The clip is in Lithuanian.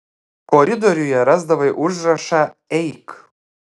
koridoriuje rasdavai užrašą eik